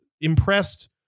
impressed